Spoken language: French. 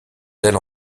ailes